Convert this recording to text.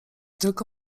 tylko